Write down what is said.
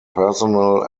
personnel